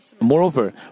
moreover